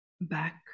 back